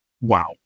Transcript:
Wow